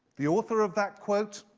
the author of that quote,